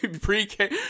Pre-K